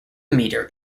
meter